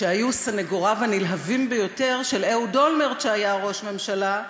והיו סנגוריו הנלהבים ביותר של אהוד אולמרט כשהיה ראש ממשלה,